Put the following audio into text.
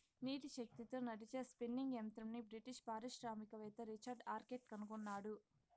నీటి శక్తితో నడిచే స్పిన్నింగ్ యంత్రంని బ్రిటిష్ పారిశ్రామికవేత్త రిచర్డ్ ఆర్క్రైట్ కనుగొన్నాడు